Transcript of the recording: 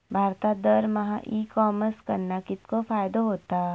भारतात दरमहा ecommerce कडणा कितको फायदो होता?